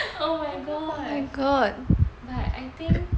oh my god but I think